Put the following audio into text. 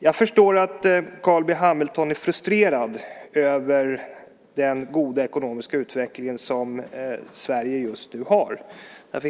Jag förstår att Carl B Hamilton är frustrerad över den goda ekonomiska utveckling som Sverige just nu har.